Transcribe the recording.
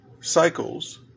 cycles